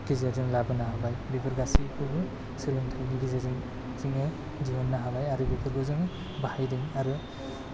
गेजेरजों लाबोनो हाबाय बेफोर गासैखौबो सोलोंथाइनि गेजेरजों जोङो दिहुन्नो हानाय आरो बेफोरखौ जों बाहायदों आरो